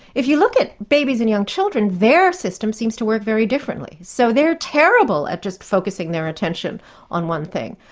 if you look at babies and young children, their system seems to work very differently. so they're terrible at just focusing their attention on one thing,